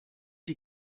die